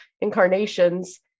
incarnations